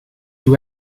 you